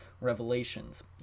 revelations